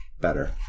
better